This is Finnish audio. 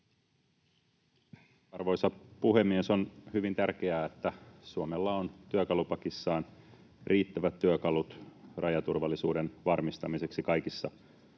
Arvoisa puhemies! On hyvin tärkeää, että Suomella on työkalupakissaan riittävät työkalut rajaturvallisuuden varmistamiseksi kaikissa